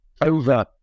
over